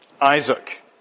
Isaac